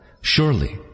Surely